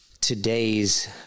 today's